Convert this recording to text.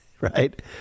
right